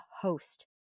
host